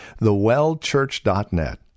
thewellchurch.net